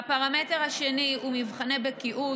הפרמטר השני הוא מבחני בקיאות.